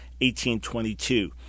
18.22